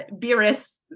Beerus